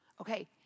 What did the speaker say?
Okay